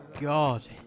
god